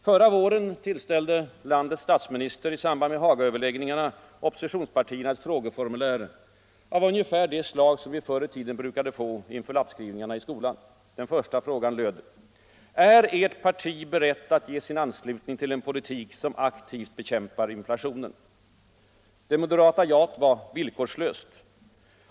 Förra våren tillställde landets statsminister i samband med Hagaöverläggningarna oppositionspartierna ett frågeformulär av ungefär det slag vi förr i tiden brukade få inför lappskrivningarna i skolan. Den första frågan löd: ”Är Ert parti berett att ge sin anslutning till en politik som aktivt bekämpar inflationen?” Det moderata jaet var villkorslöst.